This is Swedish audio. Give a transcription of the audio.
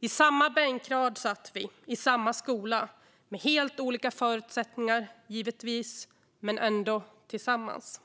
I samma bänkrad satt vi, i samma skola - med helt olika förutsättningar, givetvis, men ändå tillsammans.